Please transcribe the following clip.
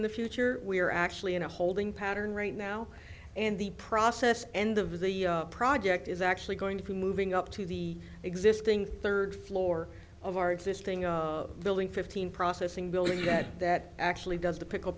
in the future we are actually in a holding pattern right now and the process end of the project is actually going to be moving up to the existing third floor of our existing building fifteen processing building that that actually does the pickle